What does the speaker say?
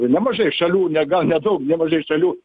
nemažai šalių ne gal nedaug nemažai šalių